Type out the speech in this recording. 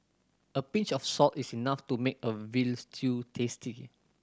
a pinch of salt is enough to make a veal stew tasty